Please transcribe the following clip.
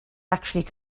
actually